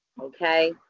okay